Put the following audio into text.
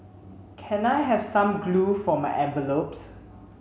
can I have some glue for my envelopes